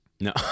No